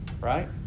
Right